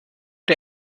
der